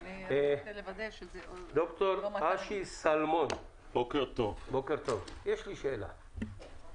דוקטור אשי שלמון, יש לי שאלה: